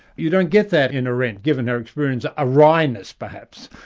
you don't get that in arendt, given her experience, a wryness perhaps